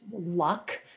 luck